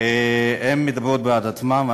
מדברות בעד עצמן.